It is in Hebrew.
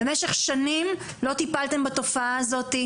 במשך שנים לא טיפלתם בתופעה הזאת,